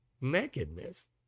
nakedness